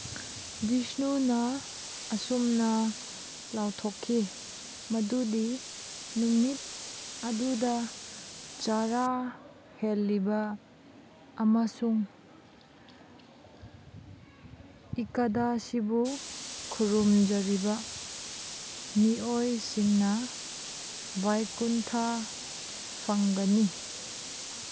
ꯕꯤꯁꯅꯨꯅ ꯑꯁꯨꯝꯅ ꯂꯥꯎꯊꯣꯛꯈꯤ ꯃꯗꯨꯗꯤ ꯅꯨꯃꯤꯠ ꯑꯗꯨꯗ ꯆꯔꯥ ꯍꯦꯜꯂꯤꯕ ꯑꯃꯁꯨꯡ ꯏꯀꯗꯥꯁꯤꯕꯨ ꯈꯨꯔꯨꯝꯖꯔꯤꯕ ꯃꯤꯑꯣꯏꯁꯤꯡꯅ ꯕꯥꯏꯀꯨꯟꯊꯥ ꯐꯪꯒꯅꯤ